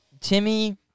Timmy